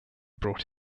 brought